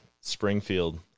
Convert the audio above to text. Springfield